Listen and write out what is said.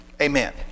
Amen